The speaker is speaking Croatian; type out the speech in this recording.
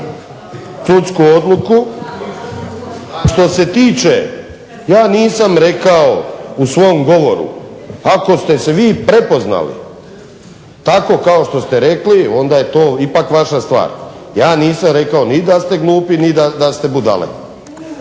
sudsku odluku. Što se tiče ja nisam rekao u svom govoru ako ste se vi prepoznali ovako kao što ste rekli onda je to vaša stvar. Ja nisam rekao ni da ste glupi ni da ste budale.